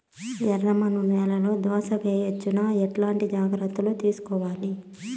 ఎర్రమన్ను నేలలో దోస వేయవచ్చునా? ఎట్లాంటి జాగ్రత్త లు తీసుకోవాలి?